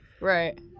Right